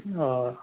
हां